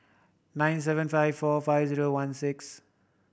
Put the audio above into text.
nine seven five four five zero one six